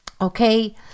Okay